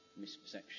misperception